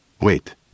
Wait